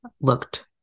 looked